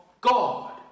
God